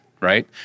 right